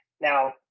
Now